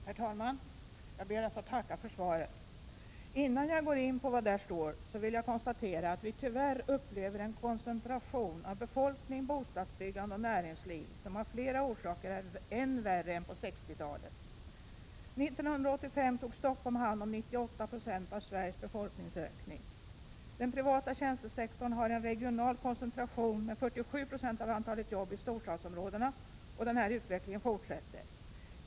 Herr talman! Jag ber att få tacka för svaret. Innan jag går in på vad där står vill jag konstatera att vi tyvärr upplever en koncentration av befolkning, bostadsbyggande och näringsliv som av flera orsaker är än värre än på 60-talet. 1985 tog Stockholm hand om 98 96 av Sveriges befolkningsökning. Den privata tjänstesektorn har en regional koncentration med 47 960 av antalet jobb i storstadsområdena och denna utveckling fortsätter.